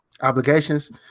Obligations